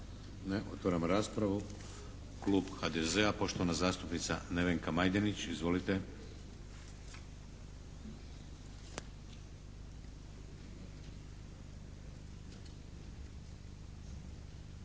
Otvaramo raspravu. Klub HDZ-a, poštovana zastupnica Nevenka Majdenić, izvolite.